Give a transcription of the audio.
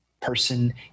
person